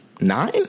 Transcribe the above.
Nine